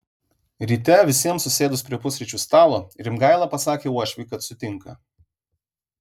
ryte visiems susėdus prie pusryčių stalo rimgaila pasakė uošviui kad sutinka